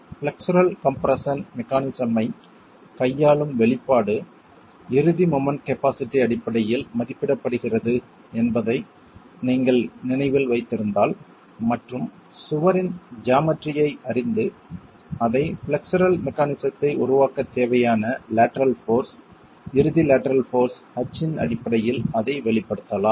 flexural compression mechanism ஐக் கையாளும் வெளிப்பாடு இறுதி மொமெண்ட் கபாஸிட்டி அடிப்படையில் மதிப்பிடப்படுகிறது என்பதை நீங்கள் நினைவில் வைத்திருந்தால் மற்றும் சுவரின் ஜாமெட்ரியை அறிந்து அதை பிளக்சரல் மெக்கானிசத்தை உருவாக்க தேவையான லேட்டரல் போர்ஸ் இறுதி லேட்டரல் போர்ஸ் H யின் அடிப்படையில் அதை வெளிப்படுத்தலாம்